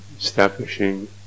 establishing